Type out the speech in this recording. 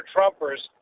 Trumpers